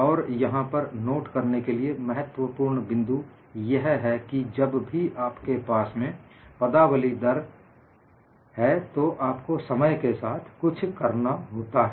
और यहां पर नोट करने के लिए महत्वपूर्ण बिंदु यह है कि जब भी आपके पास में पदावली दर है आपको समय के साथ कुछ करना होता है